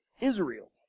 Israel